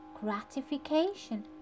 gratification